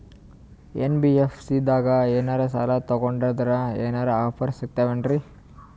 NBFC ದಾಗ ಏನ್ರ ಸಾಲ ತೊಗೊಂಡ್ನಂದರ ಏನರ ಆಫರ್ ಸಿಗ್ತಾವೇನ್ರಿ?